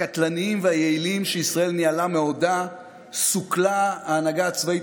הקטלניים והיעילים שישראל ניהלה מעודה סוכלה ההנהגה הצבאית